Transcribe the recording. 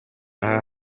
aha